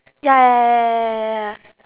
ya ya ya ya ya ya ya ya ya